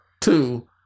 Two